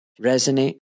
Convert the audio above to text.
resonate